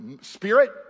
spirit